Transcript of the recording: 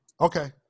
Okay